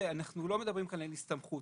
ואנחנו לא מדברים כאן על הסתמכות.